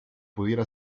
pudiera